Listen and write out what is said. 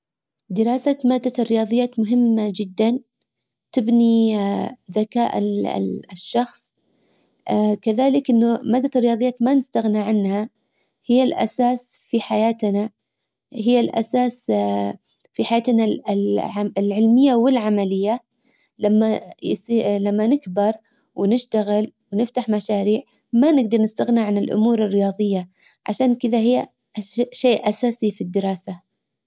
دراسة مادة الرياضيات مهمة جدا. تبني ذكاء الشخص. كذلك انه مادة الرياضيات ما نستغنى عنها. هي الاساس في حياتنا هي الاساس في حياتنا العلمية والعملية لما نكبر ونشتغل ونفتح مشاريع ما نقدر نستغنى عن الامور الرياظية. عشان كدا هي شيء اساسي في الدراسة.